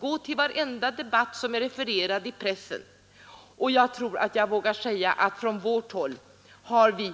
Gå också tillbaka till varenda debatt som är refererad i pressen, herr utbildningsminister, och jag tror jag kan säga att det visar sig att från vårt håll har vi